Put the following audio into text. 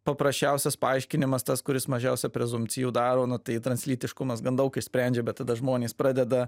paprasčiausias paaiškinimas tas kuris mažiausia prezumpcijų daro na tai translytiškumas gan daug išsprendžia bet tada žmonės pradeda